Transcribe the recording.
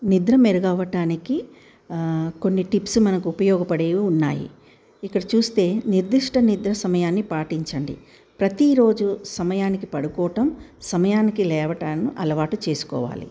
నిద్రం మెరుగవ్వటానికి కొన్ని టిప్స్ మనకు ఉపయోగపడేవి ఉన్నాయి ఇక్కడ చూస్తే నిర్దిష్ట నిద్ర సమయాన్ని పాటించండి ప్రతీరోజు సమయానికి పడుకోవటం సమయానికి లేవటాన్నీ అలవాటు చేసుకోవాలి